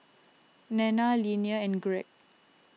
Nanna Linnea and Gregg